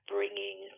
bringing